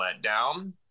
letdown